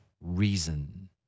reason